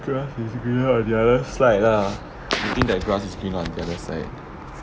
grass is greener on the other side lah they think that that grass is greener on the other side